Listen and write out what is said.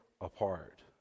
apart